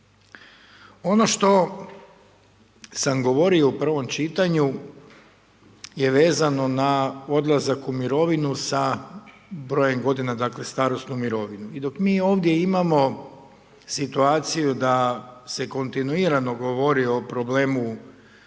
Ono što sam govorio u prvom čitanju je vezano na odlazak u mirovinu sa brojem godina, dakle, starosnu mirovinu. I dok mi ovdje imamo situaciju da se kontinuirano govori o problemu